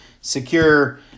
secure